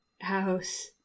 house